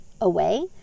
away